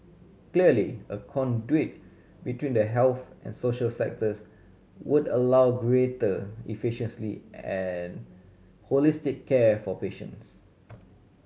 clearly a conduit between the health and social sectors would allow greater and holistic care for patients